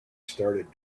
started